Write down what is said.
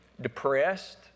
depressed